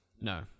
No